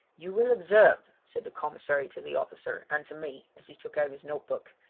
you will observe said the commissary to the officer and to me as he took out his note book,